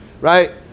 right